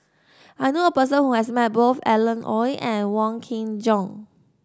I know a person who has met both Alan Oei and Wong Kin Jong